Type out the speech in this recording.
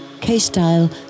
K-Style